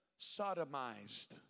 sodomized